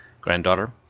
granddaughter